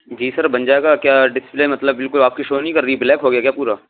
جی sir بن جائے گا کیا ڈسپلے مطلب بالکل آپ کی شو نہیں کر رہی ہے بلیک ہو گیا کیا پورا